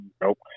Nope